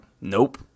nope